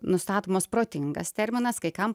nustatomas protingas terminas kai kam